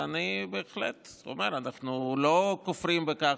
ואני בהחלט אומר: אנחנו לא כופרים בכך